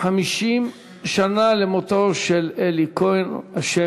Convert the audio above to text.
50 שנה למותו של אלי כהן הי"ד,